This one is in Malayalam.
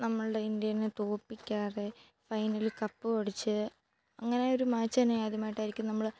നമ്മളുടെ ഇന്ത്യനെ തോപ്പിക്കാതെ ഫൈനൽ കപ്പു അടിച്ച് അങ്ങനെ ഒരു മാച്ച് തന്നെ ആദ്യമായിട്ടായിരിക്കും നമ്മൾ